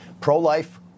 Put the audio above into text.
pro-life